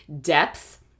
depth